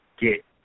get